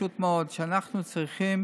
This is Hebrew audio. פשוט שאנחנו צריכים